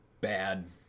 bad